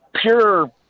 pure